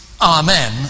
Amen